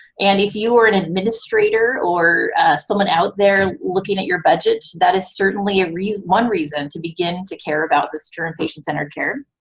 and if you were an administrator or someone out there looking at your budget, that is certainly one reason to begin to care about this current patient-centered care.